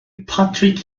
patrick